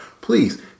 Please